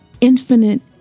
infinite